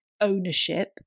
ownership